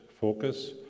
focus